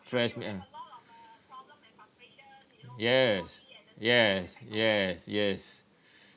fresh meat ah yes yes yes yes